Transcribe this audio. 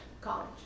college